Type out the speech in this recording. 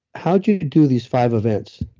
how did you do these five events?